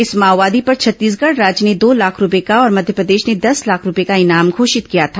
इस माओवादी पर छत्तीसगढ़ राज्य ने दो लाख रूपये का और मध्यप्रदेश ने दस लाख रूपये का इनाम घोषित किया था